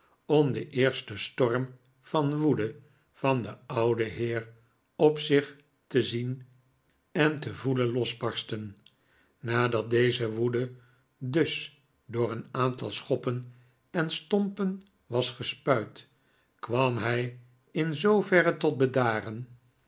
om den eersten storm van woede van den ouden heer op zich te zien en te voelen losbarsten nadat deze woede dus door een aantal schoppen en stompen was gespuid kwam hij in zooverre tot bedaren